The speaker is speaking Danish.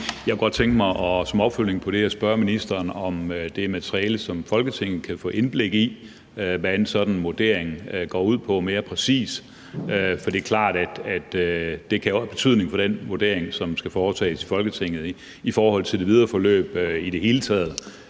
Jeg kunne godt tænke som opfølgning på det at spørge ministeren, om det er materiale, som Folketinget kan få indblik i, altså hvad en sådan vurdering mere præcis går ud på. For det er klart, at det også kan få betydning for den vurdering, som skal foretages i Folketinget i forhold til det videre forløb i det hele taget,